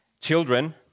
Children